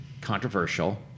controversial